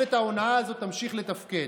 שממשלת ההונאה הזאת תמשיך לתפקד.